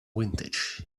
vintage